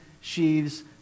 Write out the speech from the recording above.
sheaves